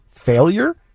failure